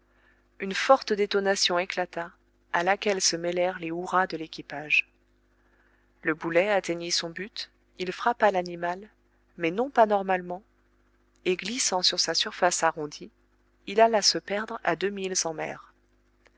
une forte détonation éclata à laquelle se mêlèrent les hurrahs de l'équipage le boulet atteignit son but il frappa l'animal mais non pas normalement et glissant sur sa surface arrondie il alla se perdre à deux milles